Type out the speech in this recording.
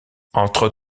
entre